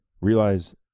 realize